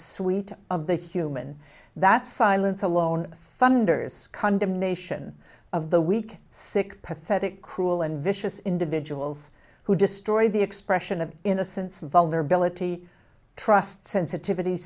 sweet of the human that silence alone thunders condemnation of the weak sick pathetic cruel and vicious individuals who destroyed the expression of innocence vulnerability trust sensitivity